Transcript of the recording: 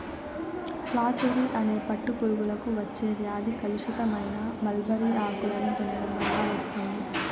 flacherie అనే పట్టు పురుగులకు వచ్చే వ్యాధి కలుషితమైన మల్బరీ ఆకులను తినడం వల్ల వస్తుంది